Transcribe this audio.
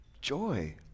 joy